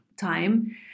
time